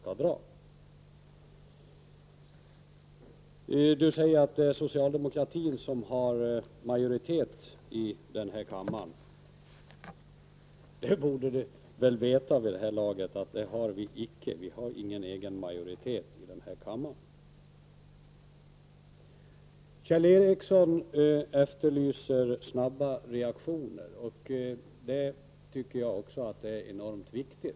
Göran Ericsson sade att socialdemokraterna har majoritet i denna kammare. Vid det här laget borde Göran Ericsson veta att vi inte har någon egen majoritet. Kjell Ericsson efterlyste snabbare reaktioner. Också jag tycker att sådana är enormt viktiga.